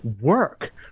work